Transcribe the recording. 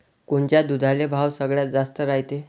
कोनच्या दुधाले भाव सगळ्यात जास्त रायते?